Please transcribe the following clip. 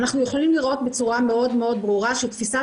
אנחנו יכולים לראות בצורה מאוד ברורה שתפיסת